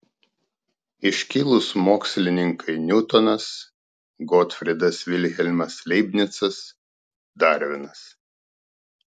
iškilūs mokslininkai niutonas gotfrydas vilhelmas leibnicas darvinas